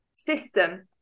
system